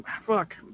Fuck